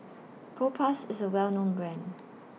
Propass IS A Well known Brand